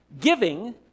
giving